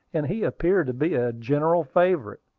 and he appeared to be a general favorite.